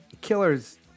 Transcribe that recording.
Killers